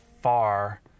far